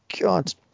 God